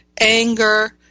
anger